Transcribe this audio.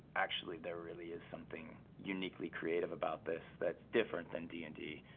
actually, there really is something uniquely creative about this that's different than d and d,